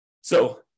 So-